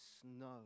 snow